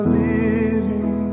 living